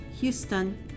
Houston